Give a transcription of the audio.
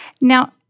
Now